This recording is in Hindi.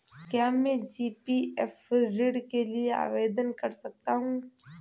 क्या मैं जी.पी.एफ ऋण के लिए आवेदन कर सकता हूँ?